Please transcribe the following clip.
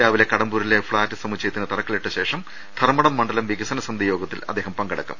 രാവിലെ കടമ്പൂരിലെ ഫ്ലാറ്റ് സമുച്ചയത്തിന് തറക്കല്ലിട്ടതിന് ശേഷം ധർമ്മടം മണ്ഡലം വികസന സമിതിയോഗത്തിൽ പങ്കെടുക്കും